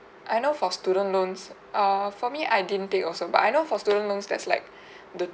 I know for student loans err for me I didn't take also but I know for student loans that's like the